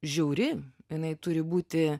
žiauri jinai turi būti